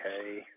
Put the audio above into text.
okay